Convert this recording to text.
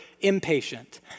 impatient